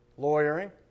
Lawyering